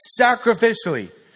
sacrificially